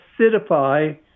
acidify